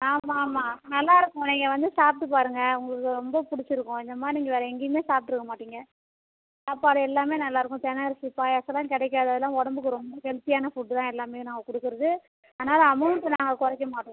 ஆமாம் ஆமாம் நல்லா இருக்கும் நீங்கள் வந்து சாப்பிட்டு பாருங்கள் உங்களுக்கு ரொம்ப பிடிச்சிருக்கும் இந்தமாதிரி நீங்கள் வேறு எங்கையுமே சாப்பிட்டுருக்க மாட்டீங்க சாப்பாடு எல்லாமே நல்லா இருக்கும் தினை அரிசி பாயாசலாம் கிடைக்காது அதெல்லாம் உடம்புக்கு ரொம்ப ஹெல்த்தியான ஃபுட் தான் எல்லாமே நாங்கள் கொடுக்கறது அதனால் அமௌன்ட்டு நாங்கள் குறைக்கமாட்டோம்